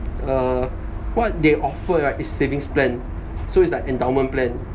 uh what they offer right is savings plan so it's like endowment plan